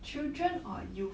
children or youth